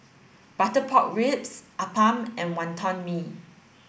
butter pork ribs Appam and Wonton Mee